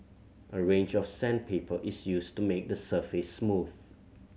a range of sandpaper is used to make the surface smooth